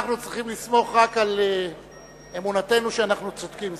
אנחנו צריכים לסמוך רק על אמונתנו שאנחנו צודקים.